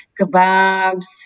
kebabs